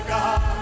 God